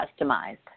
customized